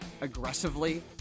aggressively